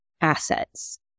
assets